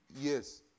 Yes